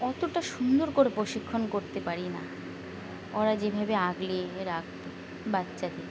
অতটা সুন্দর করে প্রশিক্ষণ করতে পারি না ওরা যেভাবে আগলে রাখতো বাচ্চাদের